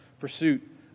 pursuit